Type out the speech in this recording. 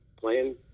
playing –